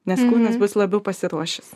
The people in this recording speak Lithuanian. nes kūnas bus labiau pasiruošęs